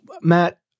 Matt